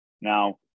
Now